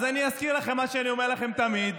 אז אזכיר לכם מה שאני אומר לכם תמיד.